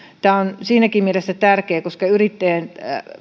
tämä on siinäkin mielessä tärkeä että yrittäjät